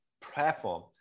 platform